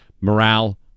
Morale